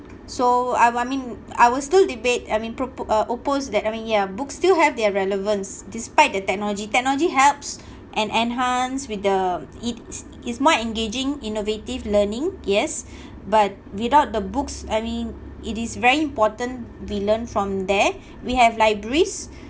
so I I mean I will still debate I mean propo~ uh I mean oppose that I mean ya books still have their relevance despite the technology technology helps and enhance with the it's it's more engaging innovative learning yes but without the books I mean it is very important we learn from there we have libraries